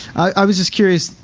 i was just curious,